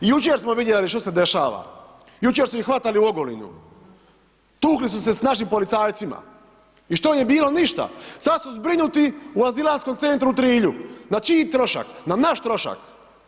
I jučer smo vidjeli što se đešava, jučer su ih hvatali u Ogulinu, tukli su se s našim policajcima i što je bilo ništa, sad su zbrinuti u azilantskom centru u Trilju, na čiji trošak, na naš trošak.